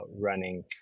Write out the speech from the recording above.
running